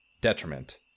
detriment